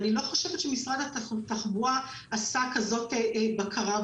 אני לא חושבת שמשרד התחבורה עשה בקרה כזאת.